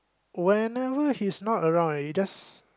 whenever he's not around you just